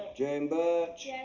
jane burch?